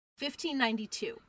1592